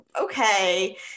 okay